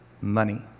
Money